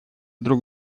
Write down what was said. друг